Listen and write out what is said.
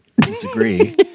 disagree